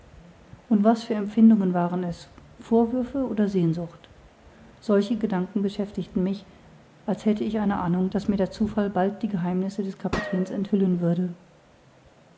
und was für empfindungen waren es vorwürfe oder sehnsucht solche gedanken beschäftigten mich als hätte ich eine ahnung daß mir der zufall bald die geheimnisse des kapitäns enthüllen würde